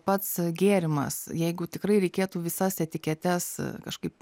pats gėrimas jeigu tikrai reikėtų visas etiketes kažkaip